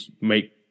make